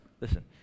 Listen